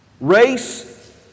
Race